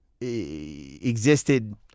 existed